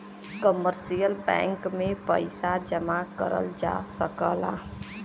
commercial bank में पइसा जमा करल जा सकला